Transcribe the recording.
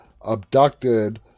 abducted